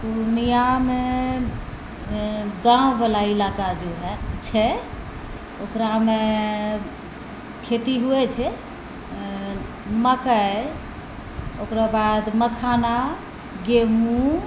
पूर्णियामे गाँववला इलाका जो है छै ओकरामे खेती हुवै छै मक्कइ ओकरा बाद मखाना गहूंम